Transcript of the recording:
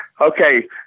okay